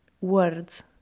words